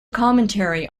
commentary